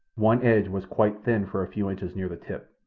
one edge was quite thin for a few inches near the tip.